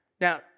Now